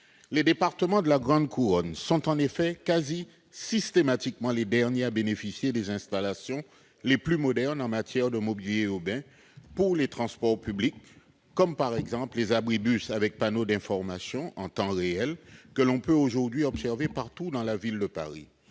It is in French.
Les départements de la grande couronne sont en effet presque systématiquement les derniers à bénéficier des installations les plus modernes en matière de mobilier urbain pour les transports publics, par exemple les abribus avec panneau d'information en temps réel, que l'on peut aujourd'hui observer partout dans la ville de Paris.